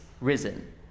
risen